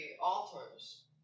altars